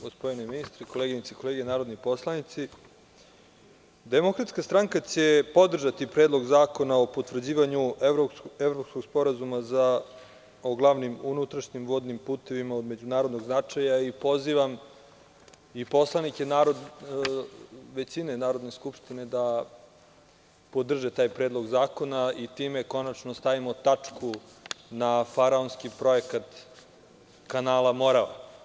Gospodine ministre, koleginice i kolege narodni poslanici, Demokratska stranka će podržati Predlog zakona o potvrđivanju Evropskog sporazuma o glavnim unutrašnjim vodnim putevima od međunarodnog značaja i pozivam poslanike većine Narodne skupštine da podrže taj predlog zakona i time konačno stavimo tačku na faraonski projekat kanala „Morava“